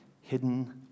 hidden